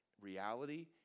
reality